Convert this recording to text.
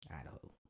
Idaho